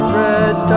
red